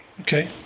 Okay